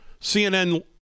CNN